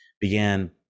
began